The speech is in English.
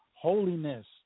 Holiness